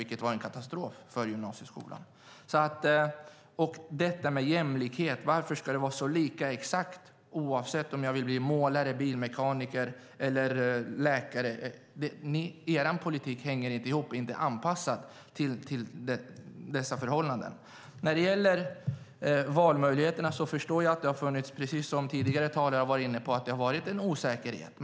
Det var en katastrof för gymnasieskolan. Beträffande detta med jämlikhet: Varför ska det vara så lika oavsett om jag vill bli målare, bilmekaniker eller läkare? Er politik hänger inte ihop. Den är inte anpassad till dessa förhållanden. När det gäller valmöjligheterna förstår jag att det, precis som tidigare talare varit inne på, funnits en osäkerhet.